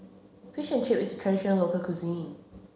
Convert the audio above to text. Fish and Chips is a traditional local cuisine